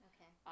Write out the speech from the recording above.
Okay